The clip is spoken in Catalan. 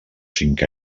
cinc